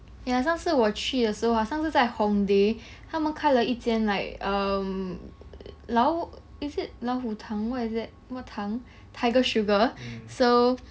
ya 上次我去的时候啊上次在 hongdae 他们开了一间 like um 老 is it 老虎堂 what is that what 堂 tiger sugar so